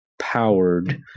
powered